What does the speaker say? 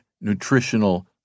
nutritional